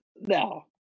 No